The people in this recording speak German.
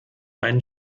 einen